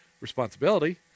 responsibility